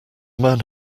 man